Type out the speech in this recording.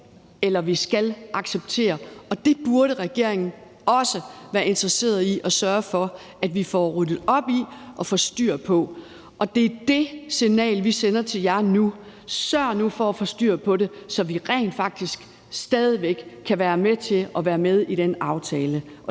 eller skal acceptere. Det burde regeringen også være interesseret i at sørge for at vi får ryddet op i og får styr på. Det er det signal, vi sender til jer nu. Sørg nu for at få styr på det, så vi rent faktisk stadig væk kan være med til at være med i den aftale.